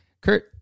Kurt